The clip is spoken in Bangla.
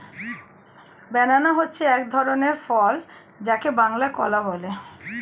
ব্যানানা হচ্ছে এক ধরনের ফল যাকে বাংলায় কলা বলে